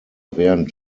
während